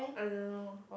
I don't know